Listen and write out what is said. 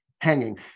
hanging